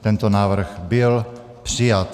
Tento návrh byl přijat.